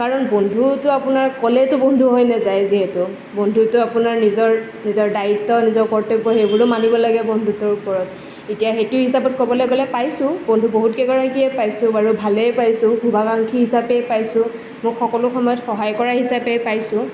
কাৰণ বন্ধুতো আপোনাৰ ক'লেতো বন্ধু হৈ নাযায় যিহেতু বন্ধুতো আপোনাৰ নিজৰ নিজৰ দায়িত্ব নিজৰ কৰ্তব্য সেইবোৰো মানিব লাগে বন্ধুত্বৰ ওপৰত এতিয়া সেইটো হিচাপত ক'বলৈ গ'লে পাইছোঁ বন্ধু বহুত কেইগৰাকীয়ে পাইছোঁ বাৰু ভালেই পাইছোঁ শুভাকাংক্ষী হিচাপে পাইছোঁ মোক সকলো সময়ত সহায় কৰা হিচাপে পাইছোঁ